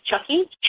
Chucky